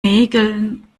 nägeln